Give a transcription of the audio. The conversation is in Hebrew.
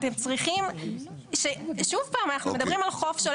אתם צריכים, שוב פעם, אנחנו מדברים על חוף.